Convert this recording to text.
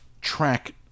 track